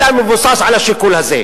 אלא מבוסס על השיקול הזה.